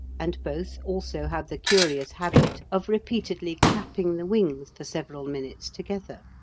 and both also have the curious habit of repeatedly clapping the wings for several minutes together.